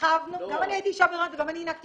גם אני הייתי אישה בהריון וגם אני הינקתי